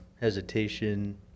hesitation